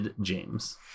James